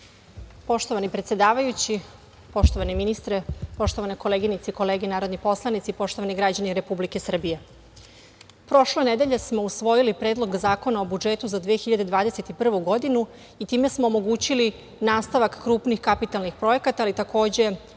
predsedavajući, poštovani ministre, poštovane koleginice i kolege narodni poslanici, poštovani građani Republike Srbije, prošle nedelje smo usvojili Predlog zakona o budžetu za 2021. godinu i time smo omogućili nastavak krupnih kapitalnih projekata, ali takođe